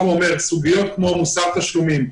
סוגיות כמו מוסר תשלומים,